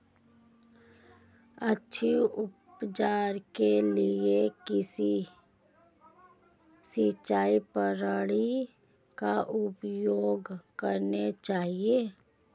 अच्छी उपज के लिए किस सिंचाई प्रणाली का उपयोग करना चाहिए?